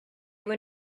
were